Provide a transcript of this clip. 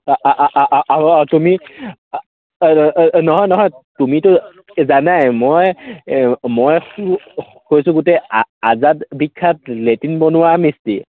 আৰু তুমি নহয় নহয় তুমিতো জানাই মই মই কৈছোঁ গোটেই আজাদ বিখ্যাত লেট্ৰিন বনোৱা মিস্ত্ৰী